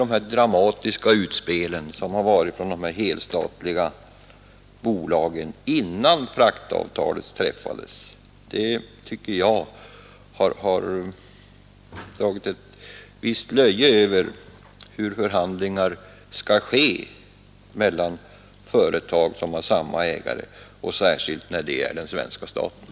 De dramatiska utspel som förekommit från de helstatliga bolagens företrädare innan fraktavtalet träffades, har enligt min uppfattning dragit ett visst löje över dessa förhandlingar mellan företag som har samma ägare och särskilt när ägaren är den svenska staten.